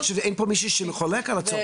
אין פה מישהו שחולק על זה.